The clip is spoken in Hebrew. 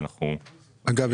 אגב,